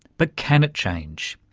but can it change?